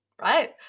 right